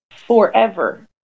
Forever